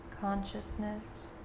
Consciousness